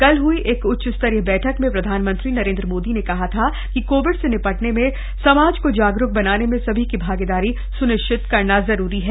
कल हुई एक उच्चस्तरीय बैठक में प्रधानमंत्री नरेन्द्र मोदी ने कहा था कि कोविड से निपटने में समाज को जागरूक बनाने में सभी की भागीदारी सुनिश्चित करना जरूरी है